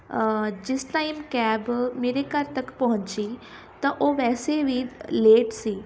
ਜਿਸ time cab ਮੇਰੇ ਘਰ ਤੱਕ ਪਹੁੰਚੀ ਤਾਂ ਉਹ ਵੈਸੇ ਵੀ ਲੇਟ ਸੀ